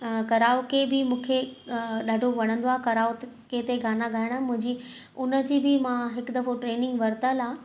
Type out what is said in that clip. karaoke बि मूंखे ॾाढो वणंदो आहे कराउतके ते गाना ॻाइणु मुंहिंजी उनजी बि मां हिकु दफ़ो ट्रेनिंग वरितलु आहे